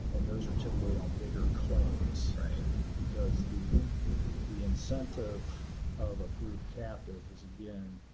and those are typically on bigger claims because the the incentive of a group captive is, again,